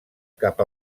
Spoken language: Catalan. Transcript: cap